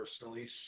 personally